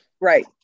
right